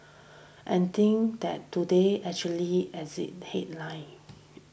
and think that today actually edited its headline